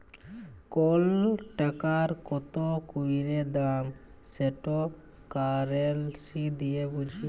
call টাকার কত ক্যইরে দাম সেট কারেলসি দিঁয়ে বুঝি